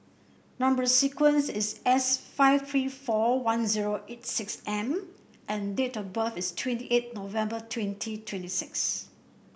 number sequence is S five three four one zero eight six M and date of birth is twenty eight November twenty twenty six